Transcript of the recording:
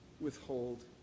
withhold